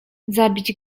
zabić